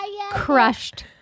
crushed